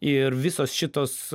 ir visos šitos